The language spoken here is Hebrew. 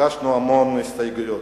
הגשנו המון הסתייגויות,